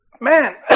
man